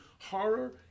horror